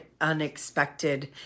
unexpected